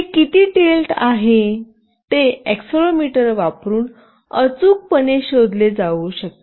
हे किती टिल्ट आहे ते एक्सेलरोमीटर वापरुन अचूकपणे शोधले जाऊ शकते